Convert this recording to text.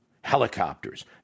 Helicopters